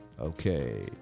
Okay